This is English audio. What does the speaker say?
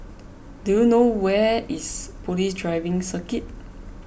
do you know where is Police Driving Circuit